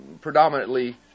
predominantly